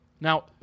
Now